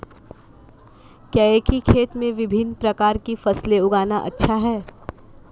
क्या एक ही खेत में विभिन्न प्रकार की फसलें उगाना अच्छा है?